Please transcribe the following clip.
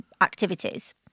activities